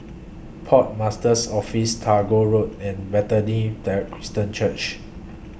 Port Master's Office Tagore Road and Bethany There Christian Church